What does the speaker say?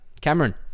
cameron